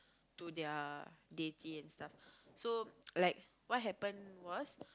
to their deity and stuff so like what happened was